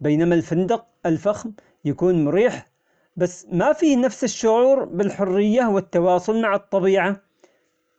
بينما الفندق الفخم يكون مريح بس ما فيه نفس الشعور بالحرية والتواصل مع الطبيعة.